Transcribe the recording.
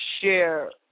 share